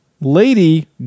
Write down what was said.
lady